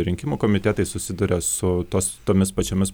rinkimų komitetai susiduria su tos tomis pačiomis